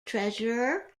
treasurer